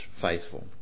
faithful